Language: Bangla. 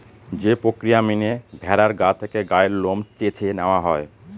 যে প্রক্রিয়া মেনে ভেড়ার গা থেকে গায়ের লোম চেঁছে নেওয়া হয়